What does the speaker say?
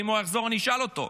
ואם הוא יחזור אני אשאל אותו: